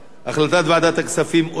החלטת ועדת הכספים אושרה.